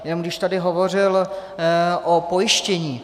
Jenom když tady hovořil o pojištění.